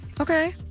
Okay